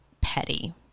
petty